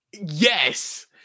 yes